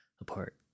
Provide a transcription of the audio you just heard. apart